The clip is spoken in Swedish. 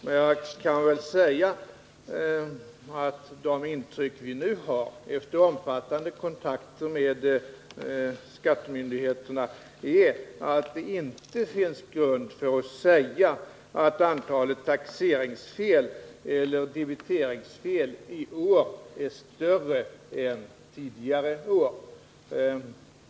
Men jag kan säga att det intryck vi nu har efter omfattande kontakter med skattemyndigheterna är att det inte finns grund att påstå att antalet taxeringsfel eller debiteringsfel i år är större än tidigare år.